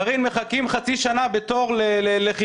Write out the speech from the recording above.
קארין, מחכים חצי שנה בתור לחיסון.